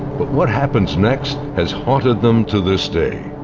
but what happens next has haunted them to this day.